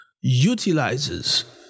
utilizes